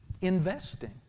investing